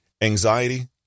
Anxiety